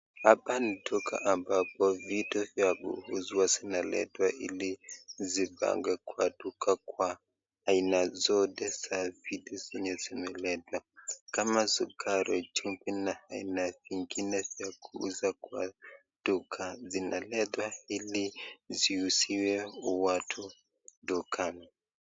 Hapa ni duka ambapo vitu vya kuuzwa vinaletwa ili zipangwe kwa duka kwa aina zote za vitu zenye zimeletwa kama sukari, chumvi na aina zingine za kuuza kwa duka zinaletwa ili ziuuziwe watu dukani.